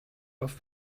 auf